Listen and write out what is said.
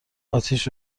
اتیش